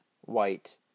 white